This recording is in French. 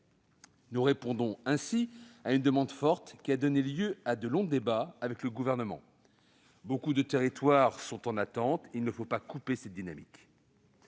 Nous répondons ainsi à une demande forte qui a donné lieu à de longs débats avec le Gouvernement. De nombreux territoires sont en attente : il ne faut pas briser cette dynamique.